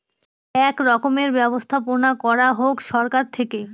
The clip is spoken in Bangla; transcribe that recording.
এক রকমের ব্যবস্থাপনা করা হোক সরকার থেকে